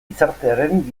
gizartearen